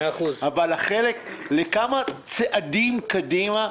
אבל לכמה צעדים קדימה,